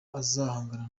azahangana